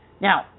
Now